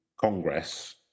Congress